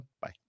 Bye